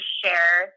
share